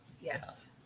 Yes